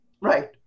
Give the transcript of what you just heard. Right